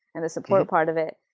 and the support part of it.